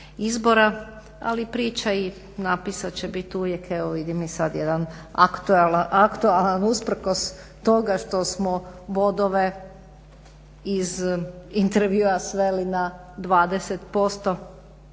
ali priča i napisa će bit uvijek. Evo vidim i sad jedan aktualan usprkos toga što smo bodove iz intervjua sveli na 20%,